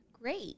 Great